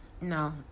No